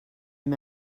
him